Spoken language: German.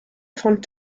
von